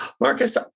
Marcus